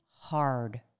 hard